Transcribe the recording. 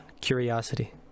curiosity